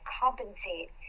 compensate